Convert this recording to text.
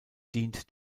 dient